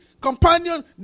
companion